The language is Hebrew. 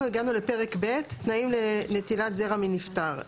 אנחנו הגענו לפרק ב', תנאים לנטילת זרע מנפטר.